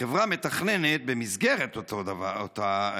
"החברה מתכננת" במסגרת אותו צמצום,